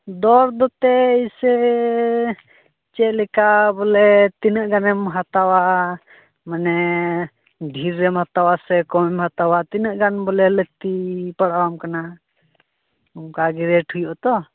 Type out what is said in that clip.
ᱫᱚᱨᱫᱚ ᱮᱱᱛᱮᱫ ᱥᱮᱻ ᱪᱮᱫᱞᱮᱠᱟ ᱵᱚᱞᱮ ᱛᱤᱱᱟᱹᱜ ᱜᱟᱱᱮᱢ ᱦᱟᱛᱟᱣᱟ ᱢᱟᱱᱮ ᱰᱷᱮᱹᱨᱮᱢ ᱦᱟᱛᱣᱟ ᱥᱮ ᱠᱚᱢᱮᱢ ᱦᱟᱛᱟᱣᱟ ᱛᱤᱱᱟᱹᱜ ᱜᱟᱱ ᱵᱚᱞᱮ ᱞᱟᱹᱠᱛᱤ ᱯᱟᱲᱟᱣᱟᱢ ᱠᱟᱱᱟ ᱚᱱᱠᱟᱜᱮ ᱨᱮᱹᱴ ᱦᱩᱭᱩᱜᱼᱟ ᱛᱚ